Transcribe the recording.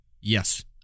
Yes